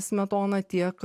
smetona tiek